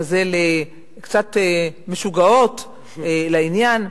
קצת משוגעות לעניין.